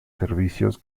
servicios